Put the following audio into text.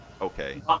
Okay